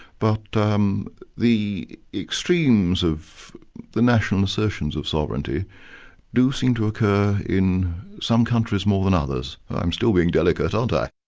but um the extremes of the national assertions of sovereignty do seem to occur in some countries more than others. i'm still being delicate, aren't i?